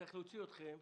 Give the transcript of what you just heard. צריך להוציא אתכם,